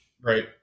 Right